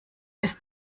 bis